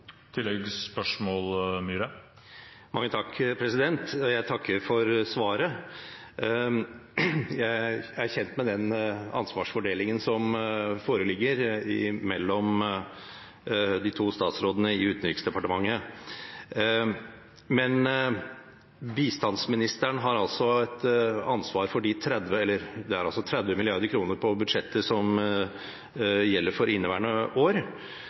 Jeg takker for svaret. Jeg er kjent med den ansvarsfordelingen som foreligger mellom de to statsrådene i Utenriksdepartementet, men bistandsministeren har altså et ansvar for de 30 mrd. kr på budsjettet som gjelder for inneværende år.